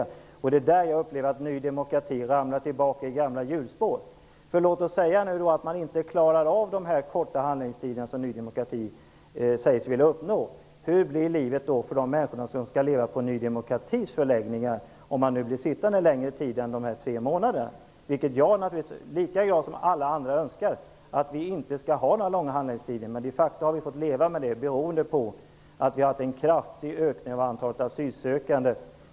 Det är i det fallet jag upplever att Ny demokrati har fallit tillbaka i gamla hjulspår. Om man inte klarar av de korta handläggningstider som Ny demokrati säger sig vilja uppnå, hur blir då livet för de människor som efter tre månader fortfarande måste bo i dessa förläggningar? Jag önskar naturligtvis lika väl som alla andra att handläggningstiderna inte skall bli så långa. De facto har vi fått leva med dessa handläggningstider. Vi har haft en kraftig ökning av antalet asylsökande.